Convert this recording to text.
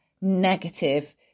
negative